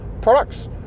products